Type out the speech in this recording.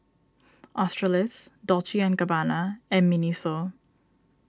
Australis Dolce and Gabbana and Miniso